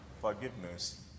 forgiveness